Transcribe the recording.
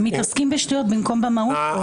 הם מתעסקים בשטויות במקום במהות.